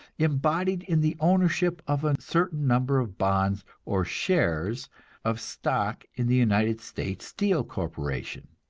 embodied in the ownership of a certain number of bonds or shares of stock in the united states steel corporation.